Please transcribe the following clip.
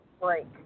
break